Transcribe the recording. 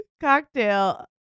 cocktail